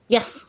Yes